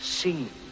seen